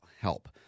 help